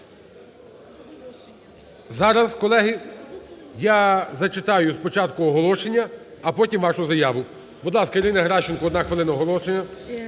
Зараз, колеги, я зачитаю спочатку оголошення, а потім вашу заяву. Будь ласка, Ірина Геращенко одна хвилина оголошення.